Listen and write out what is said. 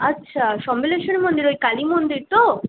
আচ্ছা সম্বলেশ্বরী মন্দির ওই কালী মন্দির তো